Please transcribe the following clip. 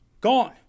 gone